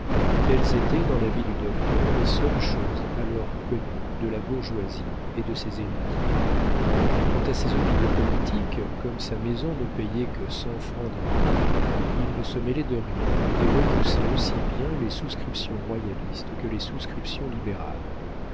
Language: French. telles étaient dans la vie du docteur les seules choses alors connues de la bourgeoisie et de ses héritiers quant à ses opinions politiques comme sa maison ne payait que cent francs d'impôts il ne se mêlait de rien et repoussait aussi bien les souscriptions royalistes que les souscriptions libérales